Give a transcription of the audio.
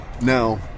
Now